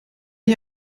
ich